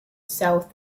south